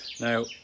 Now